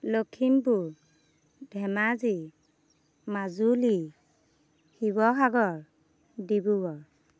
Lakhimpur Dhemaji Majuli Sivasagar Dibrugarh